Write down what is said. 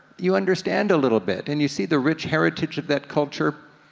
you understand a little bit, and you see the rich heritage of that culture,